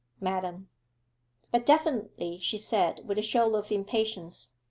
madam but, definitely she said, with a show of impatience,